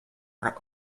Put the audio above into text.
are